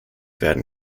werden